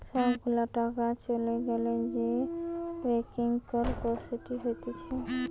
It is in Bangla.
সব গুলা টাকা চলে গ্যালে যে ব্যাংকরপটসি হতিছে